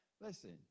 listen